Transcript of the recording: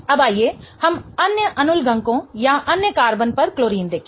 अब आइए हम अन्य अनुलग्नकों या अन्य कार्बन पर क्लोरीन देखें